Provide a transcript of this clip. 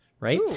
right